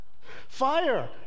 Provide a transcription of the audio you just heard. Fire